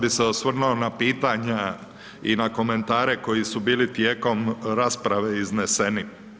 E sad bi se osvrnuo na pitanja i na komentare koji su bili tijekom rasprave izneseni.